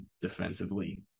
defensively